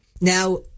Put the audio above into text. Now